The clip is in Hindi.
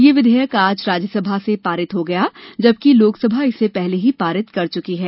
ये विधेयक आज राज्यसभा से पारित हो गया जबकि लोकसभा इसे पहले ही पारित कर चुकी है